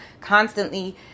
constantly